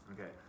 okay